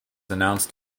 announced